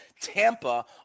Tampa